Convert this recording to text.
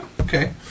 Okay